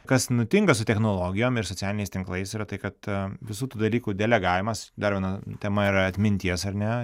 kas nutinka su technologijom ir socialiniais tinklais yra tai kad visų tų dalykų delegavimas dar viena tema yra atminties ar ne